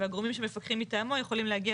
והגורמים שמפקחים מטעמו יכולים להגיע